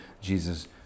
Jesus